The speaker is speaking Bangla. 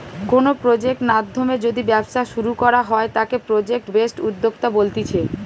কোনো প্রজেক্ট নাধ্যমে যদি ব্যবসা শুরু করা হয় তাকে প্রজেক্ট বেসড উদ্যোক্তা বলতিছে